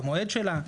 במועד שלה,